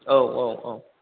औ औ औ